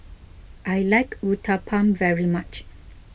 I like Uthapam very much